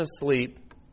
asleep